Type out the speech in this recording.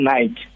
Night